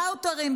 ראוטרים,